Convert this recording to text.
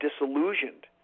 disillusioned